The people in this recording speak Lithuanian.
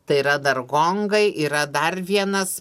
tai yra dar gongai yra dar vienas